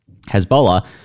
Hezbollah